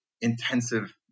intensive